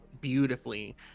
beautifully